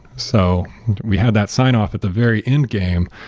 so we had that sign off at the very end game,